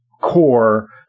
core